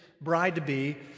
bride-to-be